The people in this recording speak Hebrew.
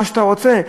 מה שאתה רוצה.